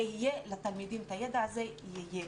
זה יהיה לתלמידים, הידע הזה יהיה.